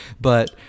But-